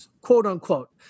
quote-unquote